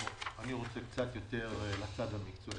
אני רוצה קצת יותר לצד המקצועי.